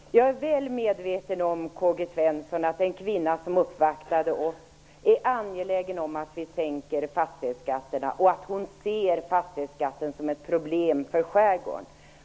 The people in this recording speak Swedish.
Fru talman! Jag är väl medveten om att den kvinna som uppvaktade oss är angelägen om att vi sänker fastighetsskatterna och att hon ser fastighetsskatten som ett problem för skärgården.